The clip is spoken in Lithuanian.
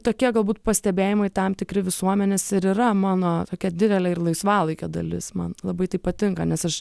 tokie galbūt pastebėjimai tam tikri visuomenės ir yra mano tokia didelė ir laisvalaikio dalis man labai tai patinka nes aš